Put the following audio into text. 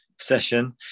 session